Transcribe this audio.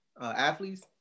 athletes